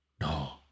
No